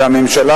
והממשלה,